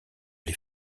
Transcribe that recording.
les